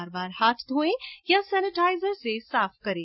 बार बार हाथ धोयें या सेनेटाइजर से साफ करें